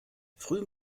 früh